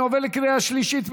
אני עובר לקריאה השלישית.